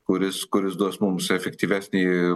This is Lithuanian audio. kuris kuris duos mums efektyvesnį